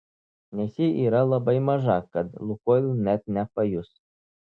nes ji yra labai maža kad lukoil net nepajus